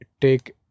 take